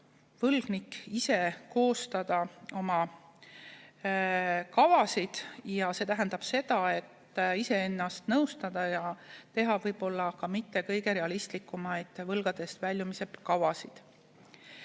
võlgnik ise koostada oma kavasid. See tähendab seda, et iseennast nõustatakse ja tehakse võib-olla mitte kõige realistlikumaid võlgadest väljumise kavasid.